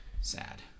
Sad